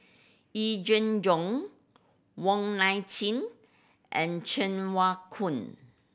Yee Jenn Jong Wong Nai Chin and Cheng Wai Keung